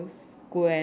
square